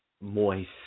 moist